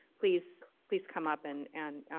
please please come up and and